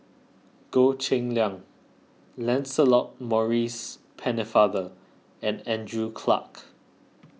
Goh Cheng Liang Lancelot Maurice Pennefather and Andrew Clarke